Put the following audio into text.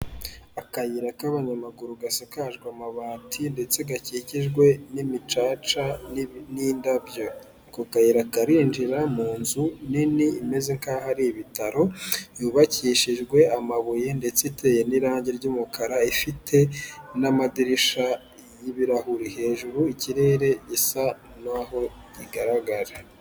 Akayira k'abanyamaguru gasakajwe amabati ndetse gakikijwe n'imicaca n'indabyo, ako kayira karinjira mu nzu nini imeze nk'aho hari ibitaro, yubakishijwe amabuye ndetse iteye n'irangi ry'umukara ifite n'amadirisha y'ibirahuri, hejuru ikirere isa naho igaragara.